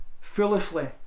foolishly